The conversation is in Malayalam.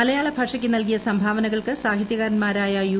മലയാള ഭാഷയ്ക്ക് നൽകിയ സംഭാവനകൾക്ക് സാഹിത്യകാരൻമാരായ യു